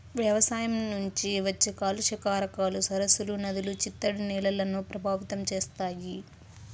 వ్యవసాయం నుంచి వచ్చే కాలుష్య కారకాలు సరస్సులు, నదులు, చిత్తడి నేలలను ప్రభావితం చేస్తాయి